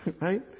right